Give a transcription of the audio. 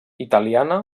italiana